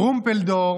טרומפלדור